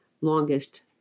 longest